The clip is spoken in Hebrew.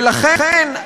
ולכן,